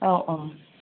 औ औ